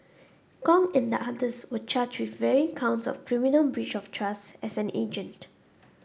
Kong and the others were charged counts of criminal breach of trust as an agent